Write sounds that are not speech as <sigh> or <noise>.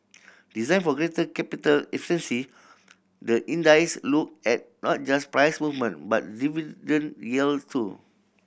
designed for greater capital efficiency the <unintelligible> look at not just price movement but dividend yield too